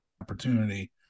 opportunity